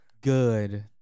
good